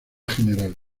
general